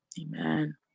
amen